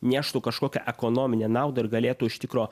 neštų kažkokią ekonominę naudą ir galėtų iš tikro